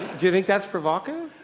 you think that's provocative?